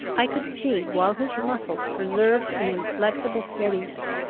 i could see, while his muscles preserved an inflexible steadiness,